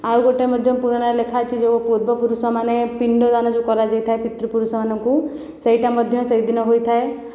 ଆଉ ଗୋଟିଏ ମଧ୍ୟ ପୁରାଣରେ ଲେଖା ହୋଇଛି ଯେଉଁ ପୂର୍ବ ପୁରୁଷମାନେ ପିଣ୍ଡଦାନ ଯେଉଁ କରାଯାଇଥାଏ ପିତୃ ପୁରୁଷମାନଙ୍କୁ ସେହିଟା ମଧ୍ୟ ସେହିଦିନ ହୋଇଥାଏ